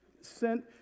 sent